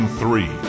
three